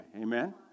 Amen